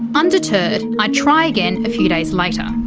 undeterred, i try again a few days later.